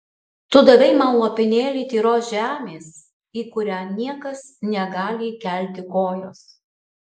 tu davei man lopinėlį tyros žemės į kurią niekas negali įkelti kojos